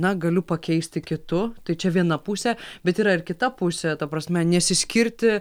na galiu pakeisti kitu tai čia viena pusė bet yra ir kita pusė ta prasme nesiskirti